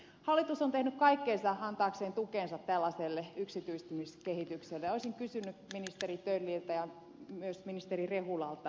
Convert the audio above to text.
hallitus on tehnyt kaikkensa antaakseen tukensa tällaiselle yksityistämiskehitykselle ja olisin kysynyt ministeri tölliltä ja myös ministeri rehulalta